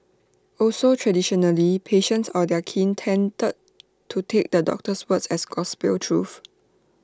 also traditionally patients or their kin tended to take the doctor's words as gospel truth